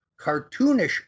cartoonish